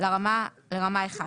לרמה (1).